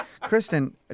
kristen